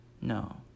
no